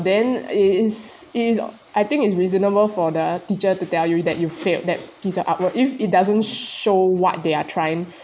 then it is is I think is reasonable for the teacher to tell you that you failed that piece of artwork if it doesn't show what they are trying